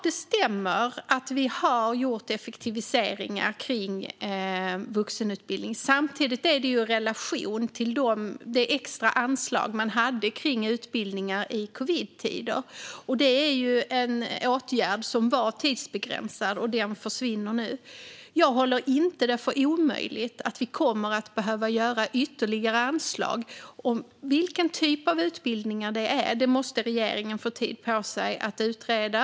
Det stämmer att vi har gjort effektiviseringar när det gäller vuxenutbildningen. Samtidigt är det i relation till det extra anslag man hade för utbildningar i covidtider. Denna åtgärd var ju tidsbegränsad och försvinner nu. Jag håller det inte för omöjligt att vi kommer att behöva anslå ytterligare medel, men för vilken typ av utbildningar måste regeringen få tid på sig att utreda.